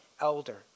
elder